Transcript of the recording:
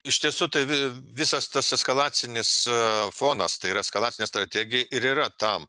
iš tiesų tai vi visas tas eskalacinis fonas tai yra eskalacinė strategijai ir yra tam